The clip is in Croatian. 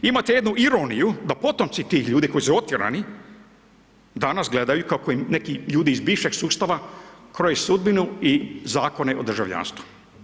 Imate jednu ironiju da potomci tih ljudi koji su otjerani, danas gledaju kako im neki ljudi iz bivšeg sustava kroje sudbinu i Zakone o državljanstvu.